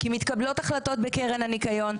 כי מתקבלות החלטות בקרן הניקיון,